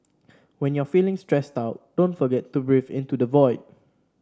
when you are feeling stressed out don't forget to breathe into the void